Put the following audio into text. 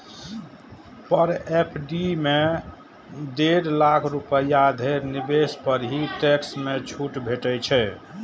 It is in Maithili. पर एफ.डी मे डेढ़ लाख रुपैया धरि निवेश पर ही टैक्स मे छूट भेटै छै